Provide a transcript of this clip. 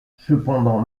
cependant